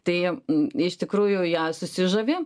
tai iš tikrųjų ją susižavi